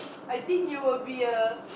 I think you will be a